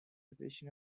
بشینه